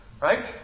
right